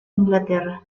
inglaterra